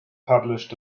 published